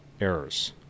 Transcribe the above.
errors